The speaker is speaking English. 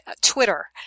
Twitter